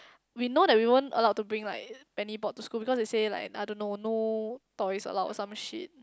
we know that we weren't allowed to bring like penny board to school because they say like I don't know no toys allowed or some shit